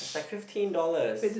like fifteen dollars